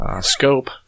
scope